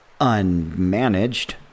unmanaged